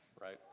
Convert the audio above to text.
right